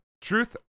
Truth